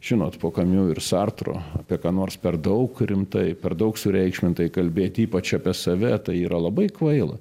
žinot po kamiu ir sartro apie ką nors per daug rimtai per daug sureikšmintai kalbėti ypač apie save tai yra labai kvaila